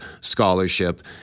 Scholarship